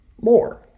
more